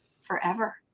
forever